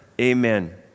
Amen